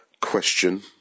question